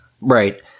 Right